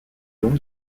zones